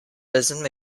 business